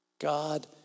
God